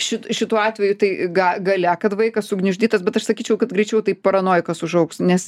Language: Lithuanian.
šit šituo atveju tai gal galia kad vaikas sugniuždytas bet aš sakyčiau kad greičiau taip paranojikas užaugs nes